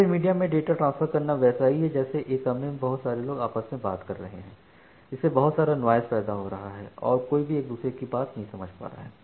open media में data transfer करना वैसा ही है जैसे एक कमरे में बहुत सारे लोग आपस में बात कर रहे हैं जिससे बहुत सारा नॉइस पैदा हो रहा है और कोई भी एक दूसरे की बात नहीं समझ पा रहा है